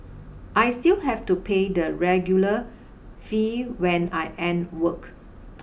I still have to pay the regular fee when I end work